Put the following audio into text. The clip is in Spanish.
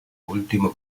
último